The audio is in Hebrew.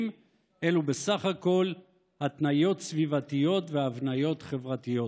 אלו בסך הכול התניות סביבתיות והבניות חברתיות.